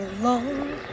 alone